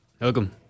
Welcome